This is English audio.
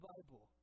Bible